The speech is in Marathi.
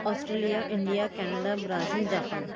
Australia India Canada Brazil Japan